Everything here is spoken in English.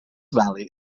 valley